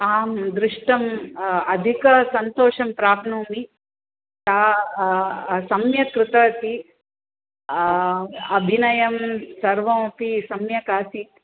आं दृष्टम् अधिकसन्तोषं प्राप्नोमि सा सम्यक् कृतवती अभिनयं सर्वमपि सम्यक् आसीत्